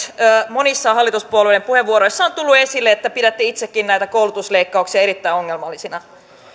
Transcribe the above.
monissa hallituspuolueen puheenvuoroissa on tullut esille että pidätte itsekin näitä koulutusleikkauksia erittäin ongelmallisina